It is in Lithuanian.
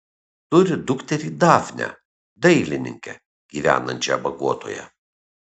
turi dukterį dafnę dailininkę gyvenančią bogotoje